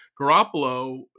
Garoppolo